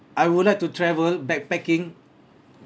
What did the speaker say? I would like to travel backpacking